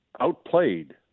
outplayed